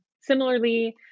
Similarly